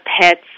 pets